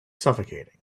suffocating